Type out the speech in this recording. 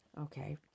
Okay